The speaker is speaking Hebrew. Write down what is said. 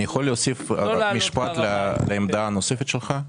אני יכול להוסיף משפט לעמדה הנוספת שלך?